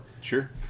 sure